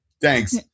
Thanks